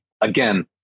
again